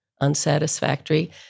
Unsatisfactory